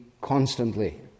constantly